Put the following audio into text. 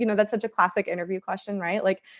you know that's such a classic interview question, right? like,